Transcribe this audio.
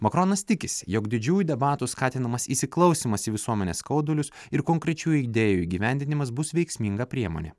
makronas tikisi jog didžiųjų debatų skatinamas įsiklausymas į visuomenės skaudulius ir konkrečių idėjų įgyvendinimas bus veiksminga priemonė